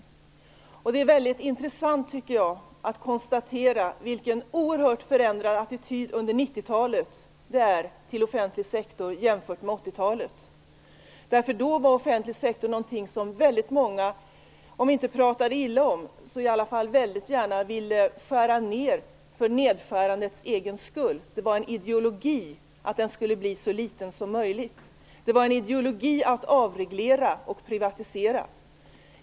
Jag tycker att det är väldigt intressant att konstatera den oerhörda attitydsförändringen till offentlig sektor man ser om man jämför 90-talet med 80-talet. Då var nämligen offentlig sektor någonting som väldigt många, om inte pratade illa om, så i alla fall väldigt gärna ville skära ned för nedskärandets egen skull. Det var en ideologi att den offentliga sektorn skulle bli så liten som möjligt. Det var en ideologi att avreglera och privatisera.